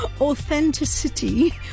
Authenticity